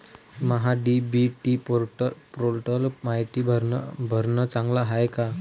महा DBT पोर्टलवर मायती भरनं चांगलं हाये का?